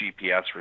GPS